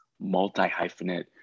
multi-hyphenate